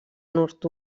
nord